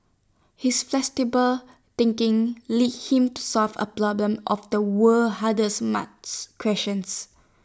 his flexible thinking lead him to solve A problem of the world's hardest math questions